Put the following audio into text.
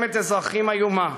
במלחמת אזרחים איומה.